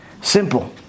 simple